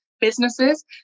businesses